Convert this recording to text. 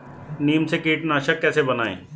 नीम से कीटनाशक कैसे बनाएं?